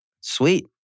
Sweet